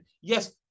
yes